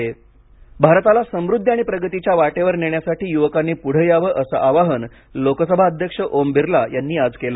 युवक संसद भारताला समुद्दी आणि प्रगतीच्या वाटेवर नेण्यासाठी युवकांनी पुढे यावं असं आवाहन लोकसभा अध्यक्ष ओम बिरला यांनी आज केलं